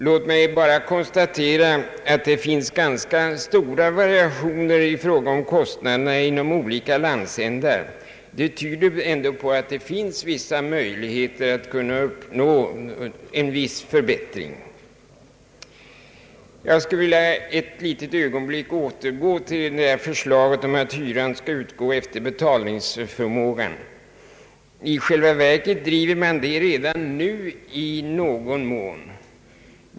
Låt mig bara konstatera att det finns ganska sto ra variationer i fråga om kostnaderna inom olika landsändar. Det tyder ändå på att det finns möjligheter att uppnå en viss förbättring. Jag vill sedan, herr talman, ett ögonblick återgå till förslaget att hyran skulle utgå efter betalningsförmågan. I själva verket sker detta redan nu i någon mån.